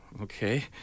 Okay